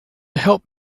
help